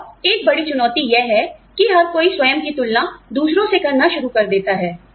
और एक बड़ी चुनौती यह है कि हर कोई स्वयं की तुलना दूसरों से करना शुरू कर देता है